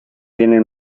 tienen